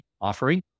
offering